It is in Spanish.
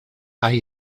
hay